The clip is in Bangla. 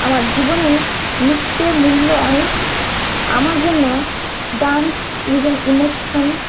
আমার জীবনে নৃত্যের মূল্য অনেক আমার জন্য ডান্স ইজ অ্যান ইমোশান